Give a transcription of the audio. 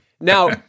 Now